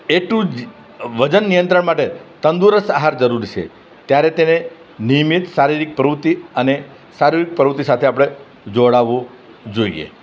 એટલું જ વજન નિયંત્રણ માટે તંદુરસ્ત આહાર જરૂરી છે ત્યારે તેણે નિયમિત શારીરિક પ્રવૃત્તિ અને સારી પ્રવૃત્તિ સાથે આપણને જોડાવું જોઈએ